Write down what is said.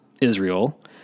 Israel